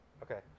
Okay